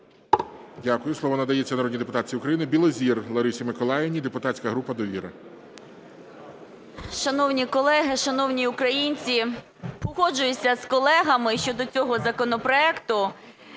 Дякую. Слово надається народній депутатці України Білозір Ларисі Миколаївні, депутатська група "Довіра". 11:11:49 БІЛОЗІР Л.М. Шановні колеги, шановні українці! Погоджуюся з колегами щодо цього законопроекту,